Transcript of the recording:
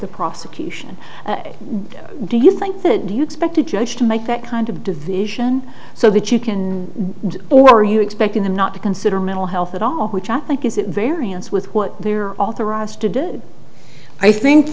the prosecution do you think that do you expect a judge to make that kind of division so that you can or are you expecting them not to consider mental health at all which i think is a variance with what they're authorised to do i think